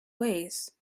ways